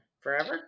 Forever